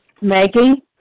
Maggie